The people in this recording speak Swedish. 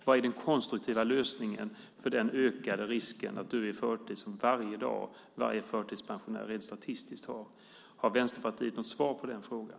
Vad är den konstruktiva lösningen för den ökade risken att dö i förtid som varje förtidspensionär varje dag har rent statistiskt? Har Vänsterpartiet något svar på den frågan?